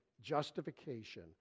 Justification